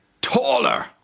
Taller